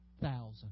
thousand